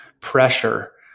pressure